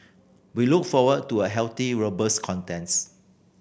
we look forward to a healthy robust contest